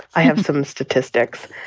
i have some statistics.